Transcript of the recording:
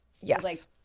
Yes